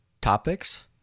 topics